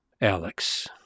Alex